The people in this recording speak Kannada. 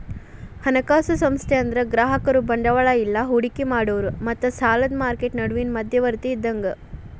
ಹಣಕಾಸು ಸಂಸ್ಥೆ ಅಂದ್ರ ಗ್ರಾಹಕರು ಬಂಡವಾಳ ಇಲ್ಲಾ ಹೂಡಿಕಿ ಮಾಡೋರ್ ಮತ್ತ ಸಾಲದ್ ಮಾರ್ಕೆಟ್ ನಡುವಿನ್ ಮಧ್ಯವರ್ತಿ ಇದ್ದಂಗ